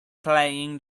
playing